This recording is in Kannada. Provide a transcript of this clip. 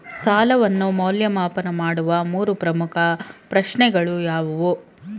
ಸಾಲವನ್ನು ಮೌಲ್ಯಮಾಪನ ಮಾಡುವ ಮೂರು ಪ್ರಮುಖ ಪ್ರಶ್ನೆಗಳು ಯಾವುವು?